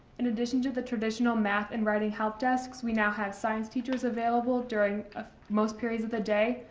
in addition to the traditional math and writing help desks we now have science teachers available during ah most periods of the day,